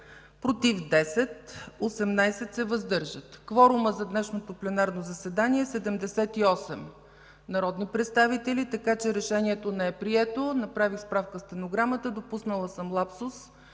„против” – 10; „въздържали се” – 18. Кворумът за днешното пленарно заседание е 78 народни представители, така че решението не е прието. Направих справка със стенограмата. Допуснала съм лапсус